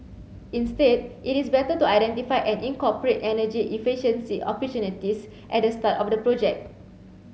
instead it is better to identify and incorporate energy efficiency opportunities at the start of the project